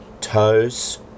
toes